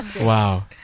Wow